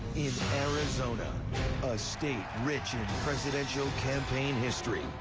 in arizona. a state rich in presidential campaign history.